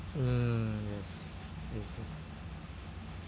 mm yes yes yes